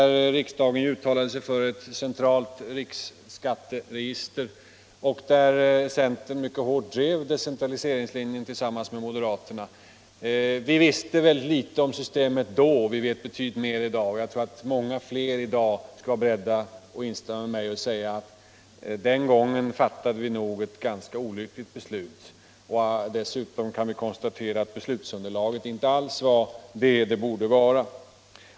Riksdagen uttalade sig för eu centralt riksskaiteregister. Centern drev då tillsammans med moderaterna mycket hårt decentraliseringslinjen. Vi visste mycket litet om systemet då — vi vet betydligt mer i dag. Jag tror att många fler i dag skulle vara beredda att instämma med mig när jag säger att vi nog den gången fattade ett ganska olyckligt beslut. Dessutom kan vi konstatera att beslutsunderlaget inte alls var vad det borde vara.